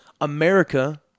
America